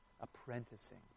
Apprenticing